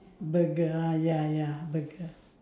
burger ah ya ya burger